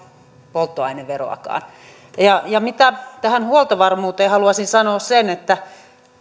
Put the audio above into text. polttoaineveroakaan mitä tulee huoltovarmuuteen haluaisin sanoa sen että